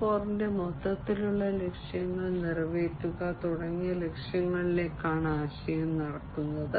0 ന്റെ മൊത്തത്തിലുള്ള ലക്ഷ്യങ്ങൾ നിറവേറ്റുക തുടങ്ങിയ ലക്ഷ്യങ്ങളിലേക്കാണ് ആശയം നടക്കുന്നത്